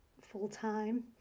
full-time